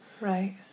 Right